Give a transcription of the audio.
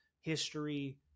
history